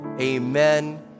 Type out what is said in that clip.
amen